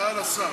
הודעה לשר,